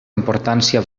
importància